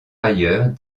ailleurs